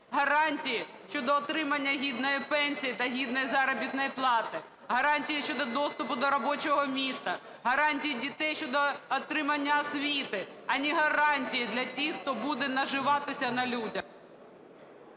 гарантій щодо отримання гідної пенсії та гідної заробітної плати, гарантії щодо доступу до робочого місця, гарантії дітей щодо отримання освіти, а не гарантії для тих, хто буде наживатися на людях.